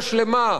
הכיבוש,